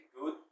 good